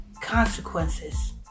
consequences